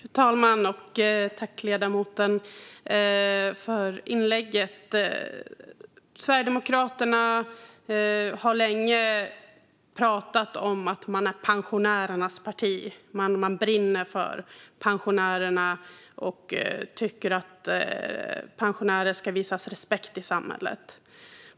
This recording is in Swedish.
Fru talman! Jag tackar ledamoten för inlägget. Sverigedemokraterna har länge pratat om att man är pensionärernas parti, brinner för pensionärerna och tycker att pensionärer ska visas respekt i samhället.